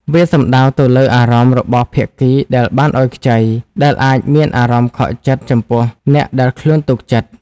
វាសំដៅទៅលើអារម្មណ៍របស់ភាគីដែលបានឲ្យខ្ចី ដែលអាចមានអារម្មណ៍ខកចិត្តចំពោះអ្នកដែលខ្លួនទុកចិត្ត។